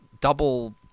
double